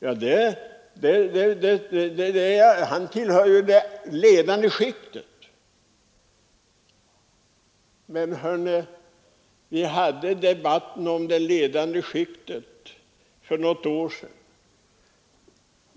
Handelsministern tillhör ju det ledande skiktet. Men hör nu — vi förde debatten om det ledande skiktet för något år sedan.